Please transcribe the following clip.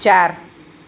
ચાર